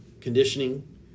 conditioning